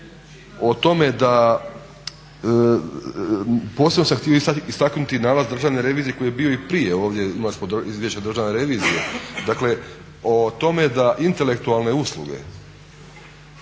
o tome da, posebno sam htio istaknuti nalaz državne revizije koji je bio i prije ovdje, imali smo izvješće državne revizije, dakle o tome da intelektualne usluge